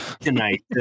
tonight